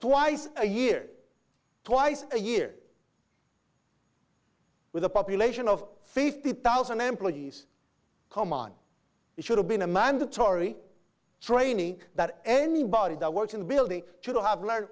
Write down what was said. twice a year twice a year with a population of fifty thousand employees come on it should have been a mandatory training that anybody that works in the building should have learned